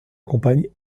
compagne